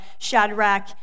Shadrach